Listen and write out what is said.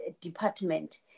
department